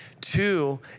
two